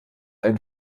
ein